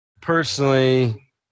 personally